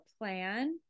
plan